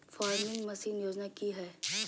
Farming machine योजना कि हैय?